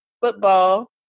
football